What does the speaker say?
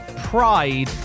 Pride